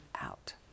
out